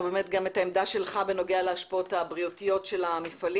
את העמדה שלך בנוגע להשפעות הבריאותיות של המפעלים.